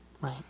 right